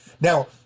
Now